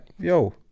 Yo